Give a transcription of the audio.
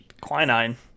quinine